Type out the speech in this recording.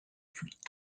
flûte